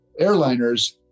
airliners